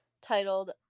titled